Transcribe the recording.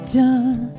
done